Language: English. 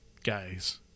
guys